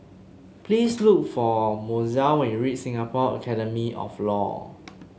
please look for Mozelle when you reach Singapore Academy of Law